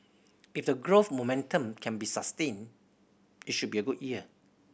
if the growth momentum can be sustained it should be a good year